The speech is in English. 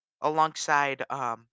alongside—